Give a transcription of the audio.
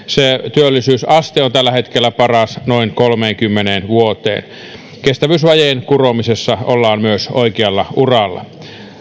työllisyysaste on tällä hetkellä paras noin kolmeenkymmeneen vuoteen kestävyysvajeen kuromisessa ollaan myös oikealla uralla